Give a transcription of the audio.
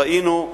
ראינו,